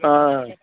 हँ